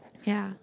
ya